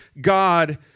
God